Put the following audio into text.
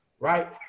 right